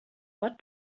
what